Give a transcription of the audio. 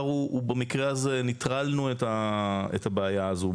במקרה הזה נטרלנו את הבעיה הזו.